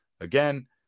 again